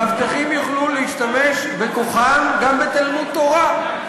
מאבטחים יוכלו להשתמש בכוחם גם בתלמוד-תורה,